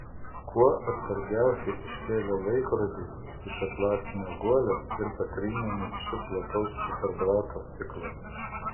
kuo atsargiausiai iškėlė laikrodį iš atlasinio guolio ir patrynė nykščiu plataus ciferblato stiklą